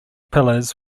pillars